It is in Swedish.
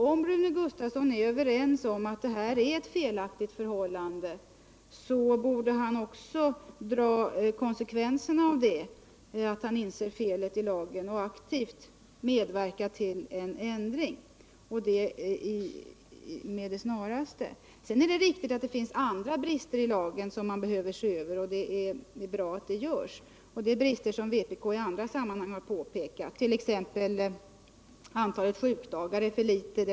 Om Rune Gustavsson nu är överens med mig om att det nuvarande förhållandet är felaktigt, borde han också dra konsekvenserna av att han inser felet i lagen genom att aktivt medverka till en ändring med det snaraste. Sedan är det riktigt att det också finns andra brister i lagen, som man behöver se över, och det är bra att detta görs. Det är brister som vpk i andra sammanhang har påpekat, t.ex. att antalet sjukdagar är för litet.